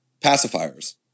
pacifiers